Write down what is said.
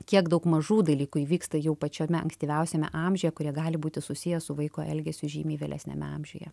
kiek daug mažų dalykų įvyksta jau pačiame ankstyviausiame amžiuje kurie gali būti susiję su vaiko elgesiu žymiai vėlesniame amžiuje